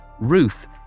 Ruth